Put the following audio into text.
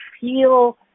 feel